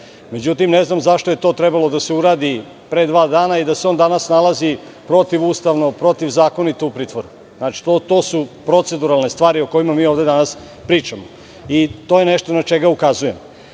Međutim, ne znam zašto je to trebalo da se to uradi pre dva dana i da se on danas nalazi protivustavno i protivzakonito u pritvoru. To su proceduralne stvari o kojima mi danas pričamo. To je nešto na šta ukazujem. Ovde